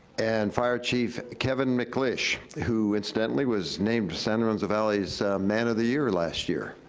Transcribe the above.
and fire chief kevin mcklitsch, who incidentally was named santa rosa valley's man of the year last year.